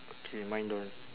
okay mine don't